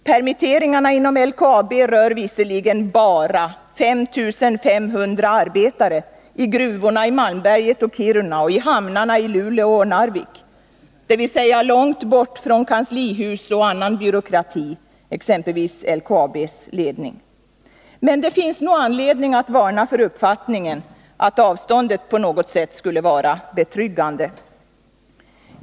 Permitteringarna inom LKAB rör visserligen ”bara” 5 500 arbetare i gruvorna i Malmberget och Kiruna och i hamnarna i Luleå och Narvik, dvs. långt borta från kanslihus och annan byråkrati, exempelvis LKAB:s ledning. Men det finns nog anledning att varna för uppfattningen att avståndet på något sätt skulle vara betryggande.